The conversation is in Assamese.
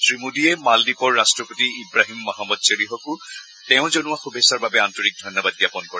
শ্ৰীমোডীয়ে মালদ্বীপৰ ৰাট্টপতি ইৱাহীম মহম্মদ চলিহকো তেওঁ জনোৱা শুভেচ্ছাৰ বাবে আন্তৰিক ধন্যবাদ জাপন কৰে